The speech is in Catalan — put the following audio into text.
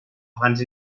abans